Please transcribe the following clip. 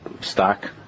stock